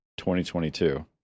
2022